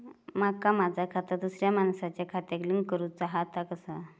माका माझा खाता दुसऱ्या मानसाच्या खात्याक लिंक करूचा हा ता कसा?